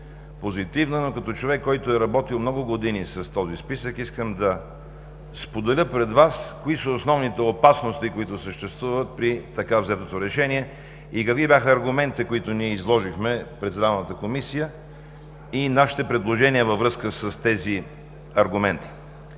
Но като човек, който е работил много години с този списък, искам да споделя пред Вас кои са основните опасности, които съществуват при така взетото решение и какви бяха аргументите, които ние изложихме пред Здравната комисия и нашите предложения във връзка с тези аргументи.